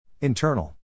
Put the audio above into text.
Internal